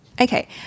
Okay